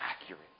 accurate